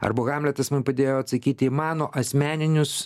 arba hamletas man padėjo atsakyti į mano asmeninius